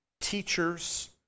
teachers